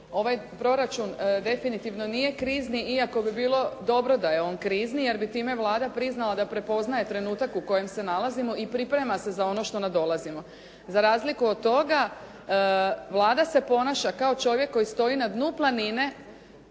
Ovaj proračun definitivno nije krizni, iako bi bilo dobro da je on krizni, jer bi time Vlada priznala da prepoznaje trenutak u kojem se nalazimo i priprema se za ono što nadolazimo. Za razliku od toga Vlada se ponaša kao čovjek koji stoji na dnu planine,